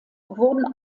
wurden